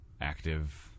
active